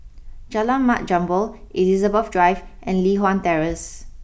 Jalan Mat Jambol Elizabeth Drive and Li Hwan Terrace